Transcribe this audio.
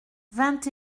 vingt